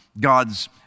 God's